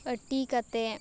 ᱟᱹᱴᱤ ᱠᱟᱛᱮᱫ